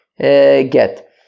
get